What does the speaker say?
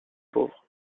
pauvres